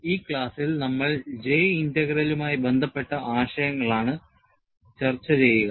ഈ ക്ലാസ്സിൽ നമ്മൾ J integral ലുമായി ബന്ധപ്പെട്ട ആശയങ്ങൾ ആണ് ചർച്ചചെയ്യുക